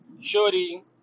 Shorty